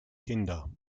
kinder